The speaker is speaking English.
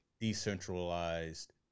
decentralized